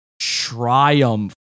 Triumph